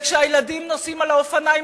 וכשהילדים נוסעים על האופניים,